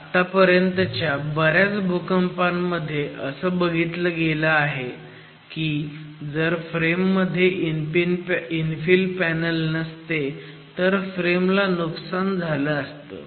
आत्तापर्यंतच्या बऱ्याच भूकंपांमध्ये असं बघितलं गेलं आहे की जर फ्रेम मध्ये इन्फिल पॅनल नसते तर फ्रेमला नुकसान झालं असतं